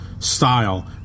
Style